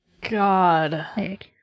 God